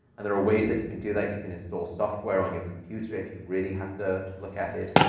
and there are ways that you can do that you can install software on your computer if you really have to look at it,